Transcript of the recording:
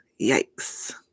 yikes